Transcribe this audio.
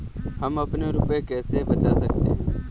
हम अपने रुपये कैसे बचा सकते हैं?